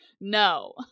no